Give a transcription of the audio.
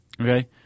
Okay